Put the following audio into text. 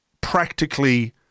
practically